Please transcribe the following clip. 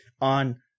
on